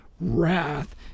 wrath